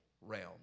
realm